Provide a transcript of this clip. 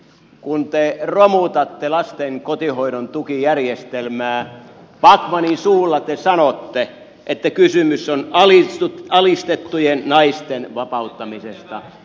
kun te romutatte lasten kotihoidon tukijärjestelmää backmanin suulla te sanotte että kysymys on alistettujen naisten vapauttamisesta